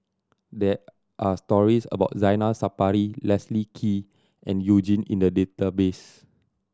there are stories about Zainal Sapari Leslie Kee and You Jin in the database